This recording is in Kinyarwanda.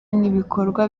n’ibikorwa